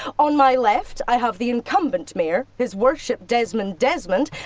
on my left, i have the incumbent mayor, his worship desmond desmond,